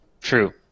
True